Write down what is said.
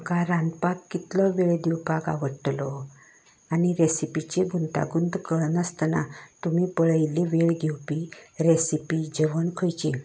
तुमकां रांदपाक कितलो वेळ दिवपाक आवडटलो आनी रेसिपीची गुंतागुंत कळ नासतना तुमी पळयल्ली वेळ घेवपी रेसिपी जेवण खंयचें